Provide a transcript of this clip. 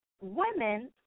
women